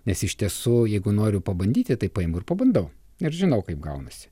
nes iš tiesų jeigu noriu pabandyti tai paimu ir pabandau ir žinau kaip gaunasi